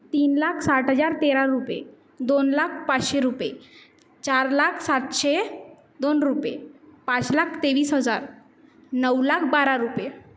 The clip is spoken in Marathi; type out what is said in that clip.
तीन लाख साठ हजार तेरा रुपये दोन लाख पाचशे रुपये चार लाख सातशे दोन रुपये पाच लाख तेवीस हजार नऊ लाख बारा रुपये